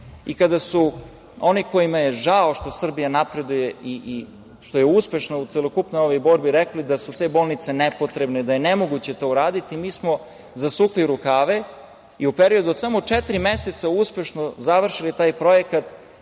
I kada su oni kojima je žao što Srbija napreduje i što je uspešna u celokupnoj ovoj borbi rekli da su te bolnice nepotrebne, da je nemoguće to uraditi, mi smo zasukli rukave i u periodu od samo četiri meseca uspešno završili taj projekat